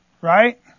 Right